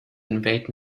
invade